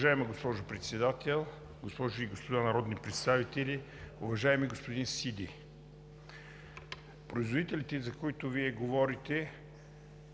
Уважаема госпожо Председател, госпожи и господа народни представители! Уважаеми господин Сиди, производителите, за които Вие говорите,